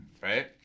Right